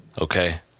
Okay